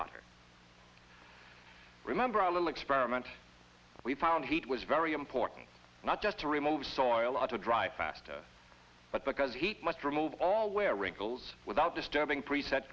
hotter remember a little experiment we found heat was very important not just to remove soil or to dry faster but because heat must remove all wear wrinkles without disturbing preset